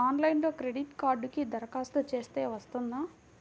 ఆన్లైన్లో క్రెడిట్ కార్డ్కి దరఖాస్తు చేస్తే వస్తుందా?